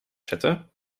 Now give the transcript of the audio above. zetten